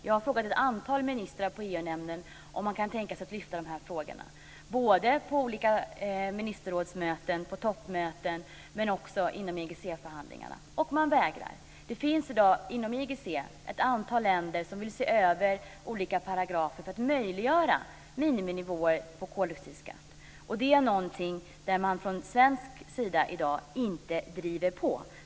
Jag har frågat ett antal ministrar i EU-nämnden om man kan tänka sig att lyfta de här frågorna - på olika ministerrådsmöten, på toppmöten och inom IGC förhandlingarna - men man vägrar. Inom IGC finns det i dag ett antal länder som vill se över olika paragrafer för att möjliggöra miniminivåer vad gäller koldioxidskatten. Där driver man från svensk sida i dag inte på.